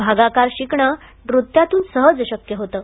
भागाकार शिकणं नृत्यातून सहज शक्य होतं